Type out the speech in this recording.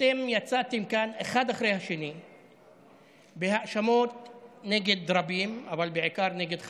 אתם יצאתם כאן אחד אחרי השני בהאשמות נגד רבים אבל בעיקר נגד חבריי,